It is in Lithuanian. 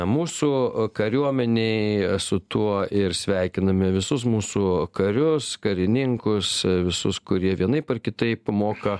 mūsų kariuomenei su tuo ir sveikiname visus mūsų karius karininkus visus kurie vienaip ar kitaip moka